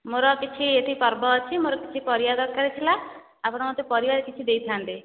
ମୋର କିଛି ଏଠି ପର୍ବ ଅଛି ମୋର କିଛି ପରିବା ଦରକାର ଥିଲା ଆପଣ ମୋତେ ପରିବା କିଛି ଦେଇଥାନ୍ତେ